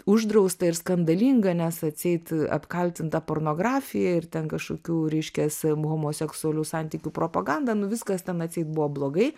uždraustą ir skandalingą nes atseit apkaltinta pornografija ir ten kažkokių reiškias homoseksualių santykių propaganda nu viskas ten atseit buvo blogai